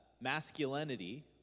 masculinity